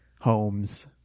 homes